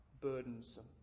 burdensome